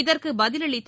இதற்குபதிலளித்த